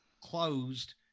closed